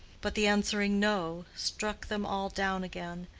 but the answering no struck them all down again,